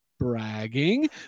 bragging